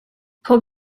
pob